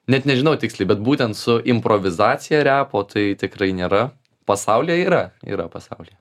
net nežinau tiksliai bet būtent su improvizacija repo tai tikrai nėra pasaulyje yra yra pasaulyje